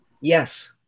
Yes